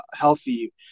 healthy